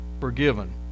forgiven